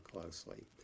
closely